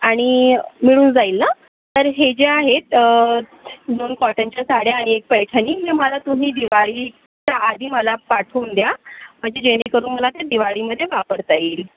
आणि मिळून जाईल ना तर हे जे आहेत दोन कॉटनच्या साड्या एक पैठणी न् मला तुम्ही दिवाळीच्या आधी मला पाठवून द्या म्हणजे जेणेकरून मला ते दिवाळीमध्ये वापरता येईल